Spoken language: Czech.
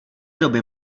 doby